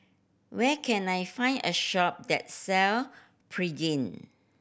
where can I find a shop that sell Pregain